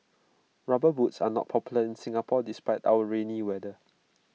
rubber boots are not popular in Singapore despite our rainy weather